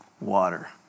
water